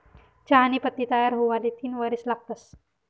चहानी पत्ती तयार हुवाले तीन वरीस लागतंस